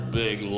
big